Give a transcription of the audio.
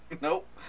Nope